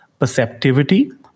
perceptivity